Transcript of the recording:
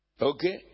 Okay